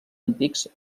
antics